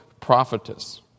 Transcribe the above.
prophetess